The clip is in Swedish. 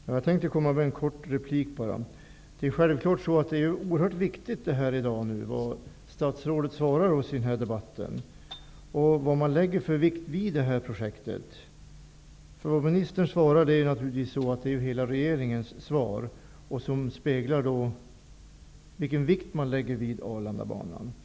Fru talman! Bara en kort replik. Det är självfallet oerhört viktigt vad statsrådet Mats Odell svarar oss i denna debatt på frågan vilken vikt man lägger vid det här projektet. Ministerns svar är naturligtvis hela regeringens svar, som speglar den vikt som man lägger vid Arlandabanan.